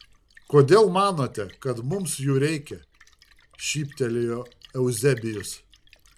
kodėl manote kad mums jų reikia šyptelėjo euzebijus